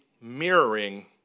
mirroring